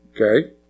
Okay